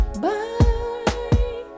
bye